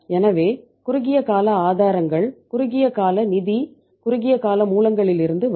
எனவே குறுகிய கால ஆதாரங்கள் குறுகிய கால நிதி குறுகிய கால மூலங்களிலிருந்து வரும்